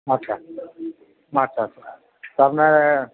আচ্ছা আচ্ছা তো আপনার